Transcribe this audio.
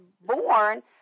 born